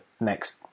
next